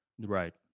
Right